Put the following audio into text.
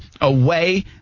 away